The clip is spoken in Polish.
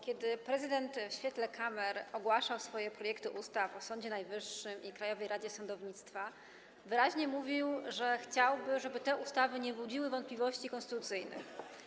Kiedy prezydent w świetle kamer ogłaszał swoje projekty ustaw o Sądzie Najwyższym i Krajowej Radzie Sądownictwa, wyraźnie mówił, że chciałby, żeby te ustawy nie budziły wątpliwości konstytucyjnych.